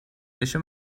بشه